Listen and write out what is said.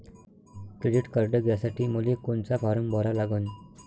Credit card घ्यासाठी मले कोनचा फारम भरा लागन?